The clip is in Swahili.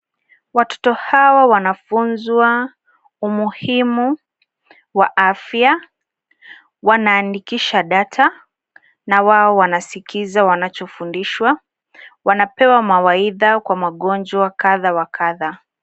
Watoto hawa wanafunzwa umuhimu wa afya, wanaandikisha data na wao wanasikiza wanachofundishwa. Wanapewa mawaidha kwa magonjwa kadha wa kadha.